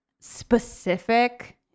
specific